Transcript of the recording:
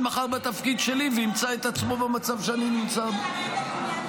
מחר בתפקיד שלי וימצא את עצמו במצב שאני נמצא בו.